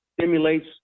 stimulates